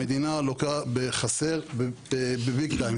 המדינה לוקה בחסר ביג טיים.